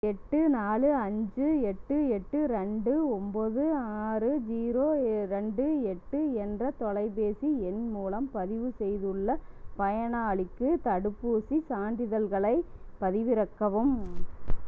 எட்டு நாலு அஞ்சு எட்டு எட்டு ரெண்டு ஒம்பது ஆறு ஜீரோ ரெண்டு எட்டு என்ற தொலைபேசி எண் மூலம் பதிவு செய்துள்ள பயனாளிக்கு தடுப்பூசிச் சான்றிதழ்களைப் பதிவிறக்கவும்